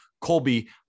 Colby